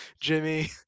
Jimmy